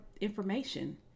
information